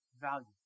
value